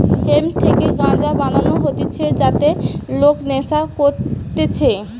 hemp থেকে গাঞ্জা বানানো হতিছে যাতে লোক নেশা করতিছে